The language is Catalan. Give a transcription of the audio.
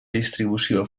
distribució